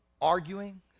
arguing